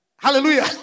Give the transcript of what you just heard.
Hallelujah